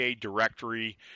Directory